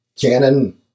Canon